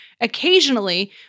occasionally